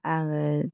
आङो